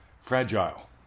fragile